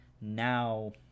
now